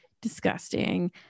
disgusting